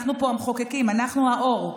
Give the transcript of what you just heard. אנחנו פה המחוקקים, אנחנו האור.